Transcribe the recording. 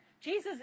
Jesus